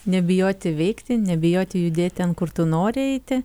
nebijoti veikti nebijoti judėt ten kur tu nori eiti